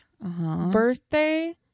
birthday